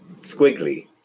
squiggly